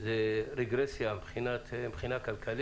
מהווה זרז לרגרסיה כלכלית.